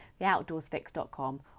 theoutdoorsfix.com